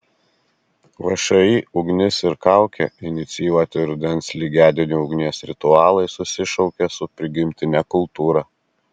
všį ugnis ir kaukė inicijuoti rudens lygiadienių ugnies ritualai susišaukia su prigimtine kultūra